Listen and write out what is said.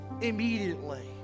immediately